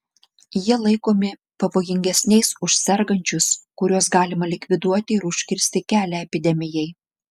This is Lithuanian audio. jie laikomi pavojingesniais už sergančius kuriuos galima likviduoti ir užkirsti kelią epidemijai